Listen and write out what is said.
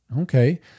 Okay